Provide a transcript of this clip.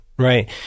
right